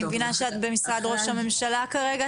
אני מבינה שאת במשרד ראש הממשלה כרגע,